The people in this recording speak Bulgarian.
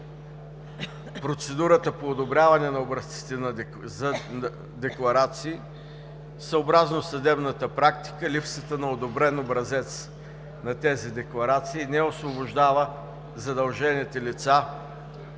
процедурата по одобряване на образците за декларации и съобразно съдебната практика, липсата на одобрен образец на тези декларации не освобождава задължените лица